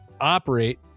operate